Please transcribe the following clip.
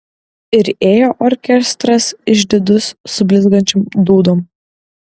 ir ėjo orkestras išdidus su blizgančiom dūdom